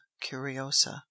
Curiosa